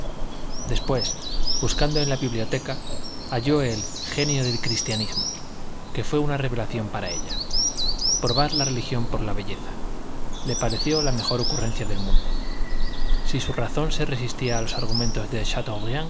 después buscando en la biblioteca halló el genio del cristianismo que fue una revelación para ella probar la religión por la belleza le pareció la mejor ocurrencia del mundo si su razón se resistía a los argumentos de